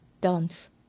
dance